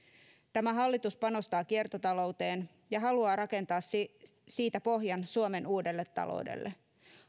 tämä hallitus panostaa kiertotalouteen ja haluaa rakentaa siitä pohjan suomen uudelle taloudelle